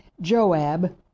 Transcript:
Joab